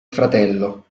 fratello